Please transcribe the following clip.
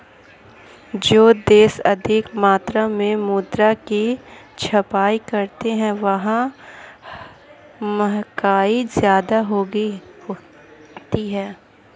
जो देश अधिक मात्रा में मुद्रा की छपाई करते हैं वहां महंगाई ज्यादा होती है